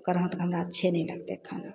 ओकर हाथके हमरा अच्छे नहि लगतय खाना